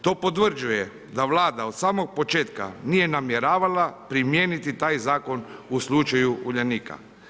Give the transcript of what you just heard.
To potvrđuje da Vlada od samog početka nije namjeravala primijeniti taj Zakon u slučaju Uljanika.